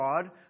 God